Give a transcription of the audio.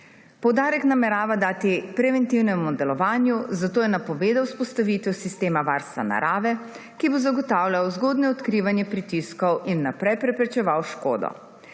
Poudarek namerava dati preventivnemu delovanju, zato je napovedal vzpostavitev sistema varstva narave, ki bo zagotavljal zgodnje odkrivanje pritiskov in vnaprej preprečeval škodo.